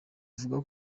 uvuga